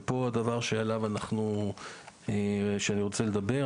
ופה הדבר שעליו אני רוצה לדבר,